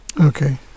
Okay